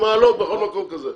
במעלות, בכל מקום כזה.